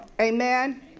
Amen